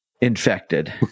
infected